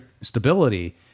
stability